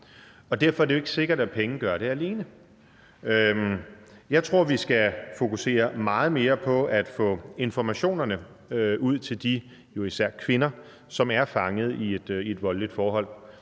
og derfor er det jo ikke sikkert, at penge gør det alene. Jeg tror, vi skal fokusere meget mere på at få informationerne ud til de jo især kvinder, som er fanget i et voldeligt forhold.